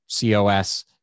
COS